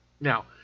Now